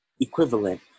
equivalent